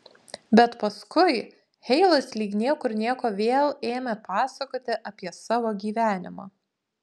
bet paskui heilas lyg niekur nieko vėl ėmė pasakoti apie savo gyvenimą